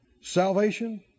salvation